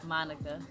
Monica